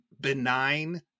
benign